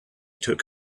took